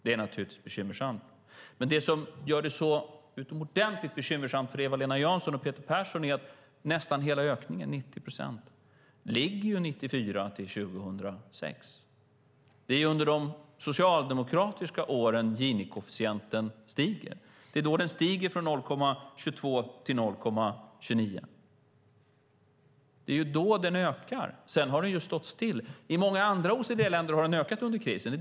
Det är naturligtvis bekymmersamt. Men det som gör det så utomordentligt bekymmersamt för Eva-Lena Jansson och Peter Persson är att nästan hela ökningen, 90 procent, ligger under 1994-2006. Det är under de socialdemokratiska åren Gini-koefficienten stiger. Det är då den stiger från 0,22 till 0,29. Det är då den ökar. Sedan har den stått still. I många andra OECD-länder har den ökat under krisen.